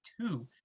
two